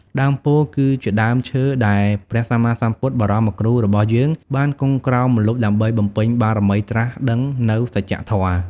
ដើមពោធិ៍គឺជាដើមឈើដែលព្រះសម្មាសម្ពុទ្ធបរមគ្រូរបស់យើងបានគង់ក្រោមម្លប់ដើម្បីបំពេញបារមីត្រាស់ដឹងនូវសច្ចធម៌។